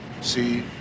See